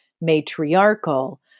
matriarchal